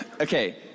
Okay